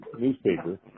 newspaper